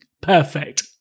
Perfect